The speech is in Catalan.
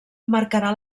marcarà